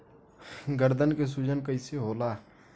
गर्दन के सूजन कईसे होला?